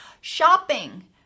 shopping